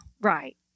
Right